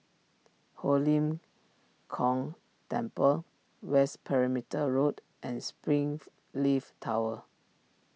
Ho Lim Kong Temple West Perimeter Road and springs leaf Tower